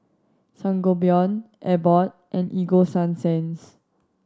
Sangobion Abbott and Ego Sunsense